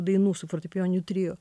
dainų su fortepijoniniu trio